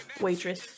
waitress